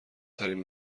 ترین